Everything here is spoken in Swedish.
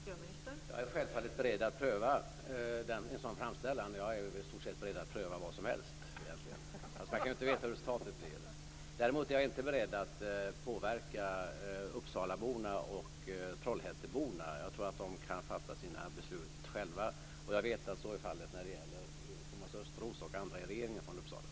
Fru talman! Jag är självfallet beredd att pröva en sådan framställan. Jag är i stort sett beredd att pröva vad som helst egentligen, fast man kan ju inte veta hur resultatet blir. Däremot är jag inte beredd att påverka uppsalaborna och trollhätteborna. Jag tror att de kan fatta sina beslut själva, och jag vet att så är fallet också när det gäller Thomas Östros och andra i regeringen från